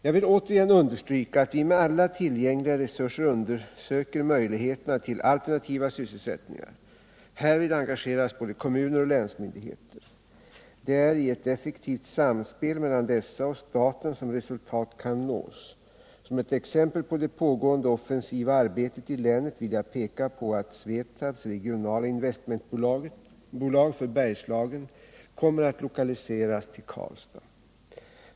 Jag vill återigen understryka att vi med alla tillgängliga resurser undersöker möjligheterna till alternativa sysselsättningar. Härvid engageras både kommuner och länsmyndigheter. Det är i ett effektivt samspel mellan dessa och staten som resultat kan nås. Som ett exempel på det pågående offensiva arbetet i länet vill jag peka på att SVETAB:s regionala investmentbolag för Bergslagen kommer att lokaliseras till Karlstad.